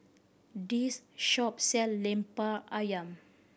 this shop sell Lemper Ayam